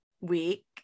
week